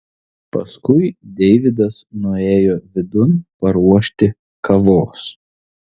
paskui deividas nuėjo vidun paruošti kavos